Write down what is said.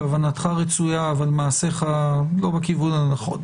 כוונתך רצויה אבל מעשיך לא בכיוון הנכון.